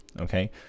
okay